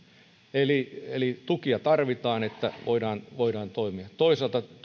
eli eli tukia tarvitaan että voidaan voidaan toimia toisaalta